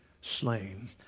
slain